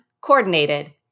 Coordinated